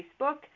Facebook